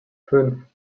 fünf